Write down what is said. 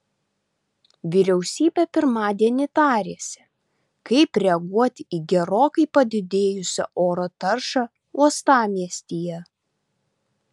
vyriausybė pirmadienį tarėsi kaip reaguoti į gerokai padidėjusią oro taršą uostamiestyje